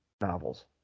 novels